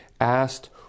asked